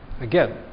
Again